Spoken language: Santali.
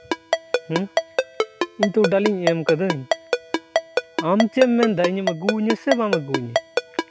ᱦᱮᱸ ᱤᱧ ᱛᱚ ᱚᱰᱟᱨ ᱤᱧ ᱮᱢ ᱟᱠᱟᱫᱟᱹᱧ ᱟᱢ ᱪᱮᱫ ᱮᱢ ᱢᱮᱱ ᱮᱫᱟ ᱤᱧᱮᱢ ᱟᱹᱜᱩ ᱟᱹᱧᱟᱹ ᱥᱮ ᱵᱟᱢ ᱟᱹᱜᱩ ᱟᱹᱧᱟᱹ